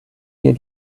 you